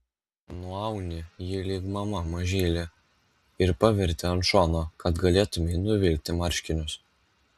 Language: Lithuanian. nuauni jį lyg mama mažylį ir paverti ant šono kad galėtumei nuvilkti marškinius